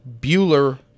Bueller